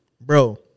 bro